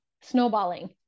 snowballing